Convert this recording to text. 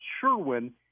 Sherwin